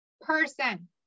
person